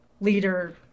leader